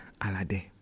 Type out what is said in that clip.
Alade